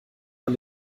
man